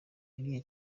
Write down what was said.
iriya